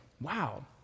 wow